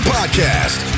Podcast